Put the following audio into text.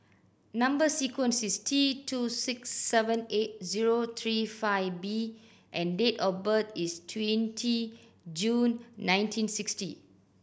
number sequence is T two six seven eight zero three five B and date of birth is twenty June nineteen sixty